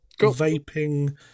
vaping